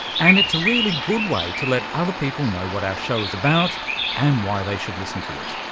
and it's a really good way to let other people know what our show is about and why they should listen to it.